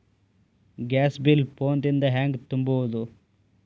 Gas bill phone ದಿಂದ ಹ್ಯಾಂಗ ತುಂಬುವುದು?